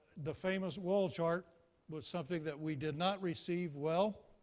the famous wall chart was something that we did not receive well.